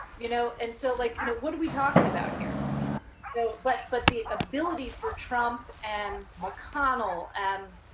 you know and so like you know what are we talkin' about here? yeah so but but the ability for trump and mcconnell and.